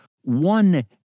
one